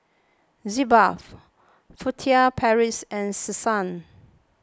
Sitz Bath Furtere Paris and Selsun